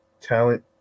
talent